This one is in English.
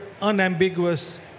unambiguous